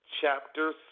chapter